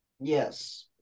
Yes